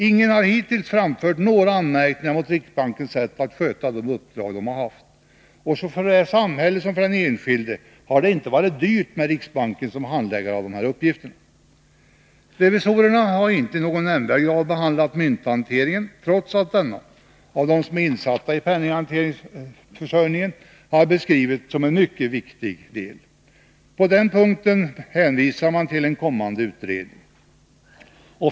Ingen har hittills framfört några anmärkningar mot riksbankens sätt att sköta de uppdrag den har haft, och för såväl samhället som den enskilde har det inte varit dyrt med riksbanken som handläggare av de här uppgifterna. Revisorerna har inte i någon nämnvärd grad behandlat mynthanteringen, trots att denna, av dem som är insatta i penningmedelsförsörjningen, har beskrivits som en mycket viktig del. På den punkten hänvisar man till en kommande utredning.